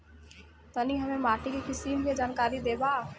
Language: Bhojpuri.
तनि हमें माटी के किसीम के जानकारी देबा?